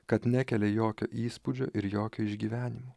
kad nekelia jokio įspūdžio ir jokio išgyvenimų